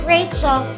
Rachel